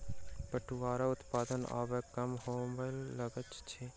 पटुआक उत्पादन आब कम होमय लागल अछि